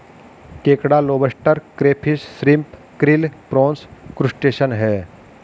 केकड़ा lobster crayfish shrimp krill prawns crustacean है